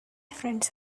friends